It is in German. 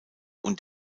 und